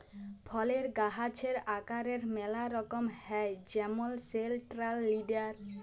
ফলের গাহাচের আকারের ম্যালা রকম হ্যয় যেমল সেলট্রাল লিডার